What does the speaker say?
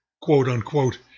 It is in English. quote-unquote